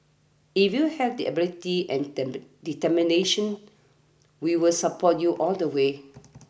if you have the ability and determination we will support you all the way